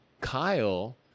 Kyle